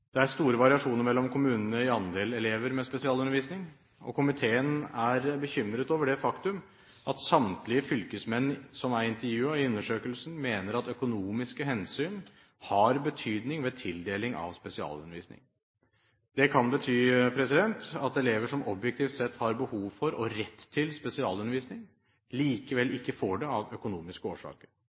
Det er store variasjoner mellom kommunene i andel elever med spesialundervisning, og komiteen er bekymret over det faktum at samtlige fylkesmenn som er intervjuet i undersøkelsen, mener at økonomiske hensyn har betydning ved tildeling av spesialundervisning. Det kan bety at elever som objektivt sett har behov for og rett til spesialundervisning, likevel ikke får det av økonomiske årsaker.